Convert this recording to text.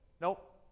Nope